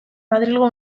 madrilgo